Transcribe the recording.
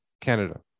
Canada